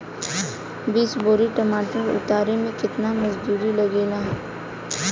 बीस बोरी टमाटर उतारे मे केतना मजदुरी लगेगा?